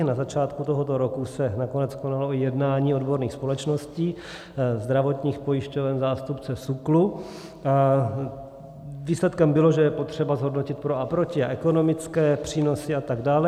Na začátku tohoto roku se nakonec konalo i jednání odborných společností, zdravotních pojišťoven, zástupce SÚKLu a výsledkem bylo, že je potřeba zhodnotit pro a proti, ekonomické přínosy a tak dále.